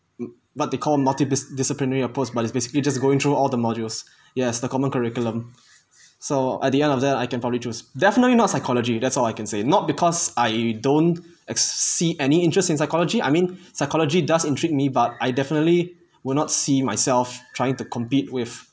but they call them multiple disciplinary opposed but it's basically just going through all the modules yes the common curriculum so at the end of that I can probably choose definitely not psychology that's all I can say not because I don't see any interest in psychology I mean psychology does intrigued me but I definitely will not see myself trying to compete with